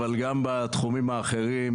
אבל גם בתחומים האחרים,